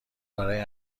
برای